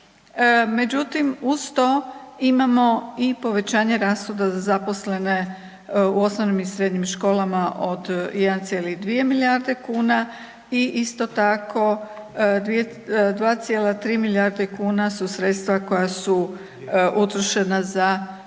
Međutim, uz to imamo i povećanje rashoda za zaposlene u osnovnim i srednjim školama od 1,2 milijarde kuna i isto tako 2,3 milijarde kuna su sredstva koja su utrošena za